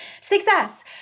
Success